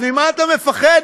אז ממה אתה מפחד?